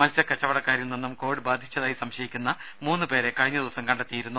മത്സ്യക്കച്ചവടക്കാരിൽ നിന്നും കോവിഡ് ബാധിച്ചതായി സംശയിക്കുന്ന മൂന്നു പേരെ കഴിഞ്ഞ ദിവസം കണ്ടെത്തിയിരുന്നു